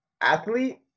athlete